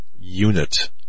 unit